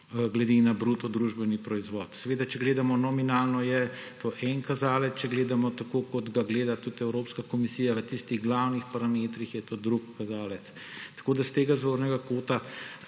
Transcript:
glede na bruto družbeni proizvod. Seveda, če gledamo nominalno, je to en kazalec, če gledamo tako, kot ga gleda tudi Evropska komisija v tistih glavnih parametrih, je to drug kazalec. Tako da s tega zornega kota